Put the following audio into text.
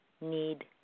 need